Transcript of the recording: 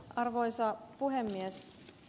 arvoisa puhemies